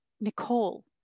Nicole